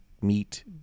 meat